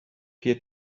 peer